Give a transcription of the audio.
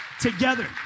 together